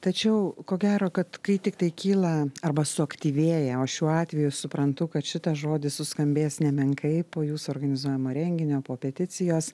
tačiau ko gero kad kai tiktai kyla arba suaktyvėja o šiuo atveju suprantu kad šitas žodis suskambės nemenkai po jūsų organizuojamo renginio po peticijos